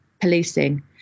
policing